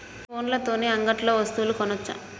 ఫోన్ల తోని అంగట్లో వస్తువులు కొనచ్చా?